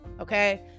Okay